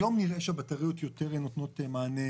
היום נראה שהבטריות נותנות מענה